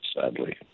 sadly